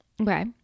okay